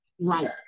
right